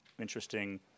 interesting